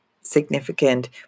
significant